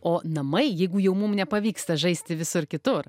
o namai jeigu jau mum nepavyksta žaisti visur kitur